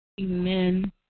Amen